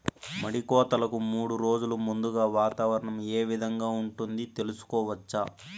మడి కోతలకు మూడు రోజులు ముందుగా వాతావరణం ఏ విధంగా ఉంటుంది, తెలుసుకోవచ్చా?